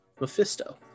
Mephisto